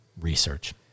research